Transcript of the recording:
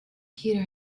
peter